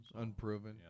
Unproven